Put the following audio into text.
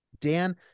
Dan